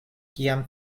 kiam